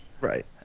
Right